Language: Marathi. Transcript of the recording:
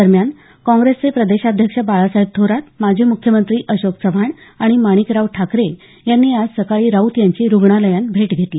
दरम्यान काँग्रेसचे प्रदेशाध्यक्ष बाळासाहेब थोरात माजी मुख्यमंत्री अशोक चव्हाण आणि माणिकराव ठाकरे यांनी आज सकाळी राऊत यांची रुग्णालयात भेट घेतली